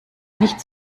nicht